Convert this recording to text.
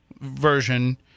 version